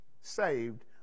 saved